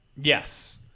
Yes